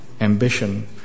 ambition